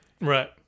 Right